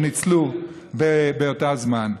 שניצלו באותו הזמן.